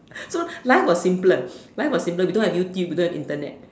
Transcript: so life was simpler life was simpler we don't have YouTube we don't have Internet